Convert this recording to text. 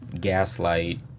gaslight